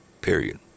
Period